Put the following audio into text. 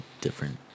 different